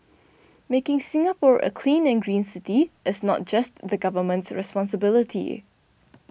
making Singapore a clean and green city is not just the government's responsibility